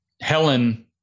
Helen –